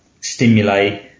stimulate